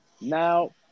Now